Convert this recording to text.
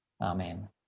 Amen